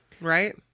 right